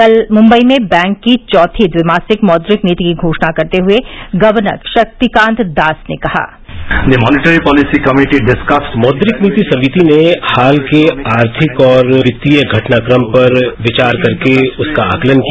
कल मुंबई में बैंक की चौथी ट्विमासिक मौद्रिक नीति की घोषणा करते हए गवर्नर शक्तिकांत दास ने कहा मौदिक नीति समिति ने हाल के आर्थिक और वित्तीय घटनाक्रम पर विचार करके उसका आकलन किया